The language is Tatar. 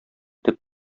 төп